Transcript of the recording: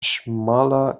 schmaler